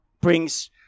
brings